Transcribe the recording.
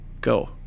Go